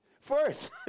First